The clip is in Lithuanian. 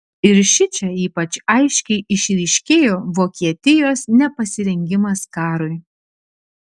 ir šičia ypač aiškiai išryškėjo vokietijos nepasirengimas karui